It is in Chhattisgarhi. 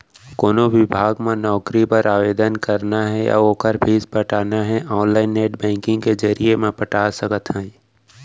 कोनो बिभाग म नउकरी बर आवेदन करना हे अउ ओखर फीस पटाना हे ऑनलाईन नेट बैंकिंग के जरिए म पटा सकत हे